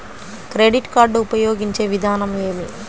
Credit card ఉపయోగించే విధానం ఏమి?